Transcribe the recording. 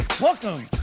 Welcome